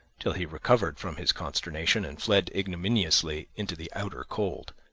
till he recovered from his consternation and fled ignominiously into the outer cold.